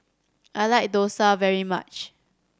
I like dosa very much